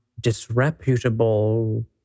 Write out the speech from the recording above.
disreputable